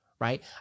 right